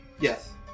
Yes